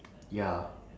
ya